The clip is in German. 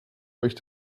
euch